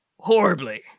Horribly